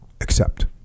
accept